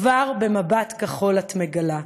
/ כבר במבט כחול את מגלה,